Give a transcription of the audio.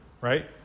right